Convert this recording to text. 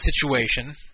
situation